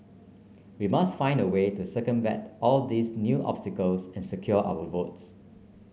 we must find a way to circumvent all these new obstacles and secure our votes